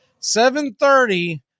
7.30